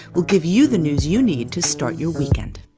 we'll give you the news you need to start your weekend